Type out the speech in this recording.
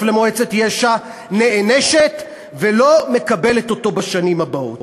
למועצת יש"ע נענשת ולא מקבלת אותו בשנים הבאות,